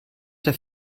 der